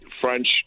french